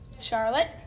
Charlotte